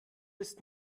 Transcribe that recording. ist